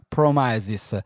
Promises